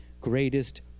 greatest